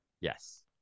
Yes